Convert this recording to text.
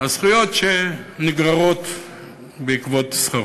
הזכויות שנגררות בעקבות שכרו.